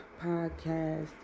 Podcast